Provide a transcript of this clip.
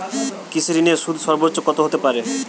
কৃষিঋণের সুদ সর্বোচ্চ কত হতে পারে?